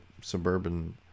suburban